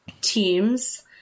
Teams –